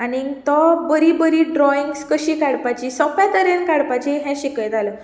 आनी तो बरीं बरीं ड्रोइंग्स कशीं काडपाचीं सोंपे तरेन काडपाचीं हें शिकयतालो